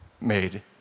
made